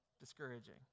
discouraging